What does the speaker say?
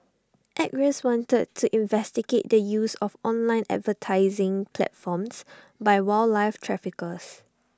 acres wanted to investigate the use of online advertising platforms by wildlife traffickers